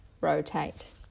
rotate